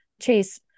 Chase